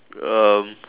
um